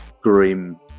grim